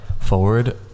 forward